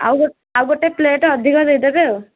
ଆଉ ଆଉ ଗୋଟେ ପ୍ଲେଟ୍ ଅଧିକା ଦେଇଦେବେ ଆଉ